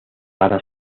para